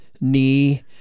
knee